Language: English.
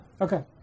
Okay